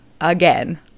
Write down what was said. again